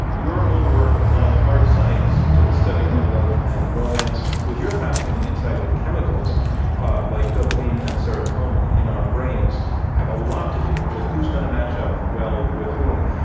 your own work applying hard science to the study of love and romance, with your fascinating insight that chemicals like dopamine and serotonin in our brains have a lot to do with who's going to match up well with whom.